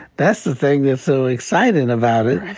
that's the thing that's so exciting about it.